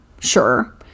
sure